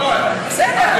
בסדר.